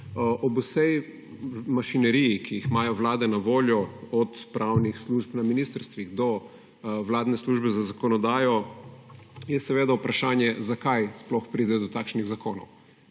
Ob vsej mašineriji, ki jo imajo vlade na voljo, od pravnih služb na ministrstvih do vladne službe za zakonodajo, je seveda vprašanje, zakaj sploh pride do takšnih zakonov.